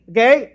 Okay